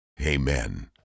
Amen